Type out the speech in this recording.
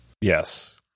yes